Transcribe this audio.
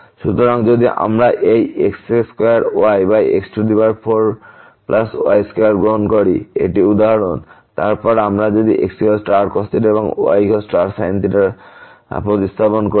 সুতরাং যদি আমরা এই x2yx4y2 গ্রহণ করি এটি উদাহরণ তারপর যদি আমরা xrcos yrsin প্রতিস্থাপন করি